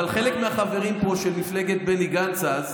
אבל חלק מהחברים פה של מפלגת בני גנץ אז,